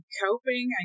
coping